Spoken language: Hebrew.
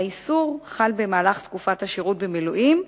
האיסור חל במהלך תקופת השירות במילואים,